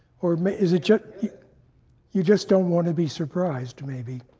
or is it just you just don't want to be surprised maybe.